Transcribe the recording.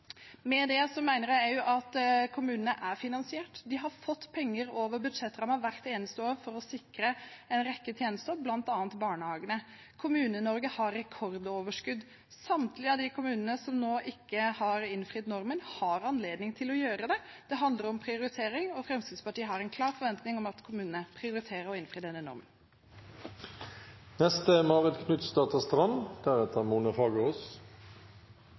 det. Med det mener jeg også at kommunene er finansiert. De har fått penger over budsjettrammen hvert eneste år for å sikre en rekke tjenester, bl.a. barnehagene. Kommune-Norge har rekordoverskudd. Samtlige av de kommunene som nå ikke har innfridd normen, har anledning til å gjøre det. Det handler om prioritering, og Fremskrittspartiet har en klar forventning om at kommunene prioriterer å innfri denne normen. Forutsigbarhet er